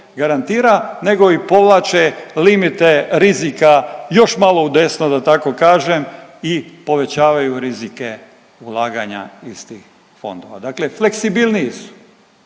nego i povlače limite rizika još malo udesno da tako kažem i povećavaju rizike ulaganja iz tih fondova, dakle fleksibilniji su,